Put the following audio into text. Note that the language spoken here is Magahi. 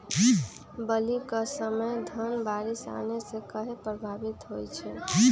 बली क समय धन बारिस आने से कहे पभवित होई छई?